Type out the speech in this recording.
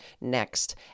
next